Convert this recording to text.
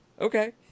Okay